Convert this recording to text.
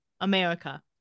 America